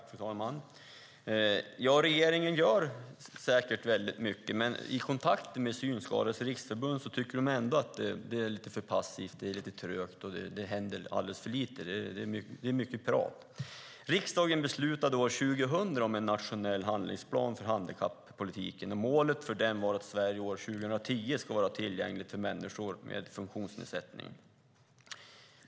Fru talman! Ja, regeringen gör säkert väldigt mycket, men Synskadades Riksförbund tycker ändå att det är för passivt och lite trögt och att det händer alldeles för lite - det är mycket prat. Riksdagen beslutade år 2000 om en nationell handlingsplan för handikappolitiken. Målet för den var att Sverige år 2010 ska vara tillgängligt för människor med funktionsnedsättningar.